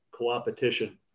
coopetition